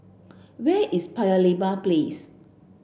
where is Paya Lebar Place